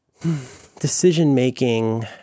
decision-making